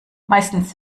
meistens